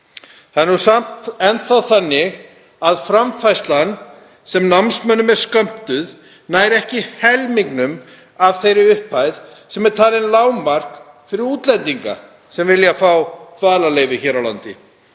Það er samt enn þá þannig að framfærslan sem námsmönnum er skömmtuð nær ekki helmingnum af þeirri upphæð sem er talin lágmark fyrir útlendinga sem vilja fá dvalarleyfi hér á landi.